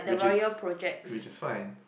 which is which is fine